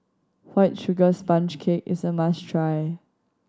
White Sugar Sponge Cake is a must try